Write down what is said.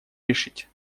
решить